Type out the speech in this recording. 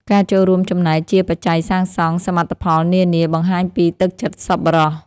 ការចូលរួមចំណែកជាបច្ច័យសាងសង់សមិទ្ធផលនានា បង្ហាញពីទឹកចិត្តសប្បុរស។